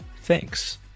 Thanks